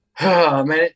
man